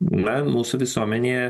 na mūsų visuomenėje